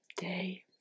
day